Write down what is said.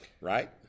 Right